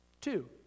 Two